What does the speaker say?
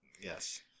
Yes